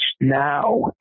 now